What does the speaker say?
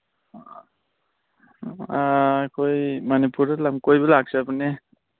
ꯑꯩꯈꯣꯏ ꯃꯅꯤꯄꯨꯔꯗ ꯂꯝ ꯀꯣꯏꯕ ꯂꯥꯛꯆꯕꯅꯦ